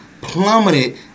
Plummeted